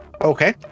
Okay